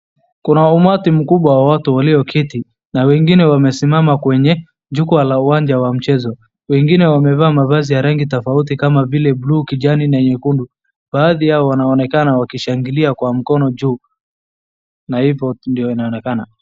Kuna umati mkubwa wa watu walio keti na wengine wamesimama kwenye jukwa la uwanja wa mchezo. Wengine wamevaa ya rangi tofauti kama vile blue ,kijani na nyekundu baadhi yao wanaonekana wakishangalia kwa mkono juu na hivo tu ndoo inaonekana.